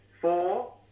Four